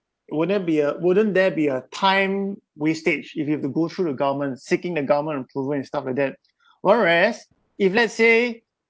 wouldn't be a wouldn't there be a time wastage if you have to go through the government seeking the government approval and stuff like that whereas if let's say